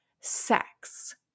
sex